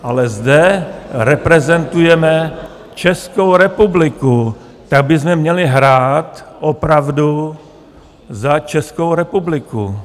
Ale zde reprezentujeme Českou republiku, tak bychom měli hrát opravdu za Českou republiku.